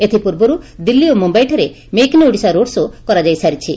ଏଥିପୂର୍ବରୁ ଦିଲ୍ଲୀ ଓ ମୁଧ୍ୟଇଠାରେ make in Odisha road show କରାଯାଇସାରିଛି